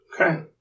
Okay